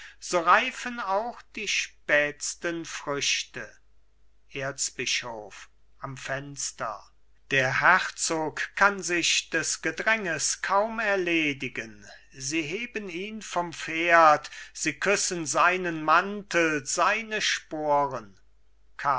reifen auch die spätsten früchte erzbischof am fenster der herzog kann sich des gedränges kaum erledigen sie heben ihn vom pferd sie küssen seinen mantel seine sporen